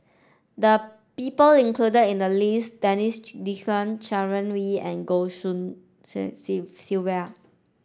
the people included in the list Denis D'Cotta Sharon Wee and Goh Tshin En Sylvia